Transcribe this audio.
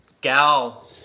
gal